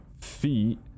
feet